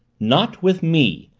not with me!